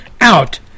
out